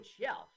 shelf